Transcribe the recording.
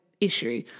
issue